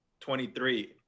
23